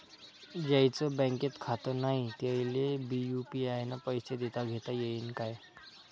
ज्याईचं बँकेत खातं नाय त्याईले बी यू.पी.आय न पैसे देताघेता येईन काय?